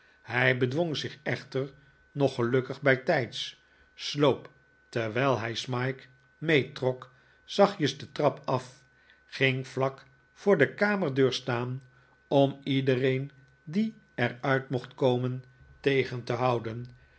hij bedwong zich echter nog gelukkig bijtijds sloop terwijl hij smike meetrok zachtjes de trap af ging vlak voor de kamerdeur staan om iedereen die er uit mocht komen tegen te houden